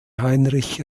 heinrich